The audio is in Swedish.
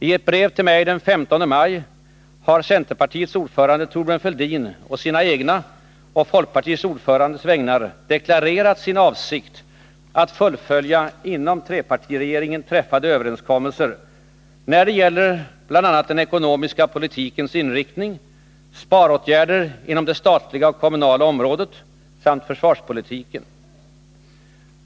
I ett brev till mig den 15 maj har centerpartiets ordförande Thorbjörn Fälldin å sina egna och folkpartiets ordförandes vägnar deklarerat sin avsikt att fullfölja inom trepartiregeringen träffade överenskommelser när det gäller bl.a. den ekonomiska politikens inriktning, sparåtgärder inom det statliga och kommunala området samt försvarspolitiken.